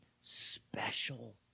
special